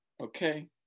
okay